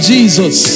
Jesus